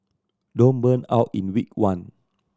don't burn out in week one